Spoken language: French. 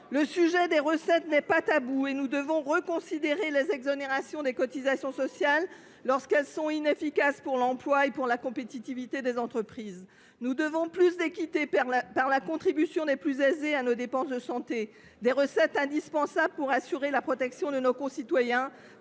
Le sujet des recettes n’est pas tabou, et nous devons reconsidérer les exonérations de cotisations sociales lorsqu’elles sont inefficaces pour l’emploi et pour la compétitivité des entreprises. Nous devons assurer plus d’équité par la contribution des plus aisés à nos dépenses de santé, des recettes indispensables pour assurer la protection de nos concitoyens,